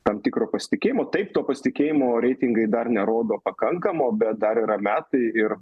tam tikro pasitikėjimo taip to pasitikėjimo reitingai dar nerodo pakankamo bet dar yra metai ir